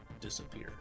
disappear